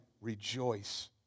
rejoice